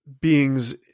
beings